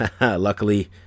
luckily